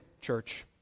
church